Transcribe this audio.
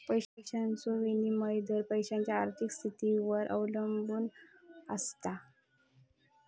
पैशाचो विनिमय दर देशाच्या आर्थिक स्थितीवर अवलंबून आसता